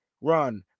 run